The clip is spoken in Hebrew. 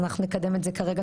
אז אנחנו נקדם את זה כרגע.